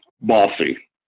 bossy